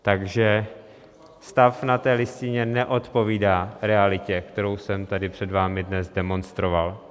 Takže stav na té listině neodpovídá realitě, kterou jsem tady před vámi dnes demonstroval.